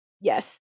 Yes